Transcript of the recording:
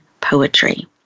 poetry